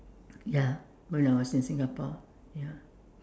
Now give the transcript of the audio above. ya when I was in Singapore ya